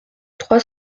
trois